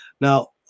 Now